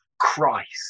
Christ